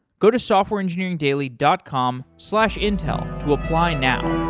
go to softwareengineeringdaily dot com slash intel to apply now.